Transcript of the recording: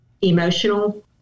emotional